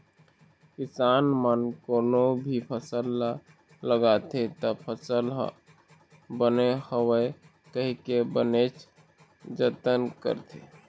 किसान मन कोनो भी फसल ह लगाथे त फसल ह बने होवय कहिके बनेच जतन करथे